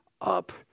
up